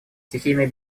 стихийные